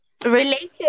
related